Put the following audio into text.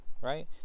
Right